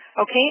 Okay